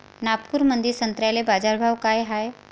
नागपुरामंदी संत्र्याले बाजारभाव काय हाय?